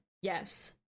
Yes